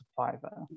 survivor